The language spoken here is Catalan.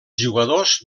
jugadors